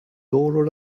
door